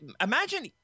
imagine